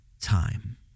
time